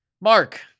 Mark